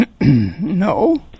No